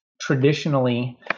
traditionally